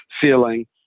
feeling